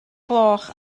gloch